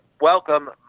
welcome